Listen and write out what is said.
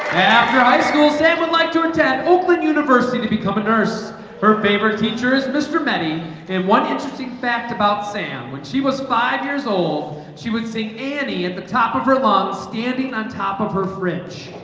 after high school sam would like to attend oakland university to become a nurse her favorite teachers. mr many and one interesting fact about sam when she was five years old she would sing an e at the top of her lungs standing on top of her fridge.